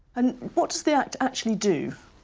and what does the act actually do?